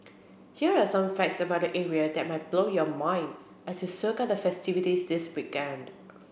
here are some facts about the area that may blow your mind as you soak up the festivities this weekend